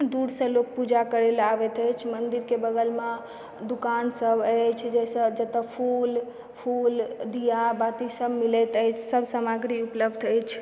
दूर सॅं लोग पूजा करे लए आबैत अछि मन्दिर के बगलमे दूकान सब अछि जातय फूल दीयाबाती सब मिलैत अछि सब सामग्री उपलब्ध अछि